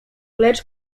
lecz